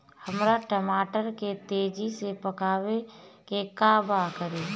हमरा टमाटर के तेजी से पकावे के बा का करि?